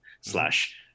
slash